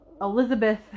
elizabeth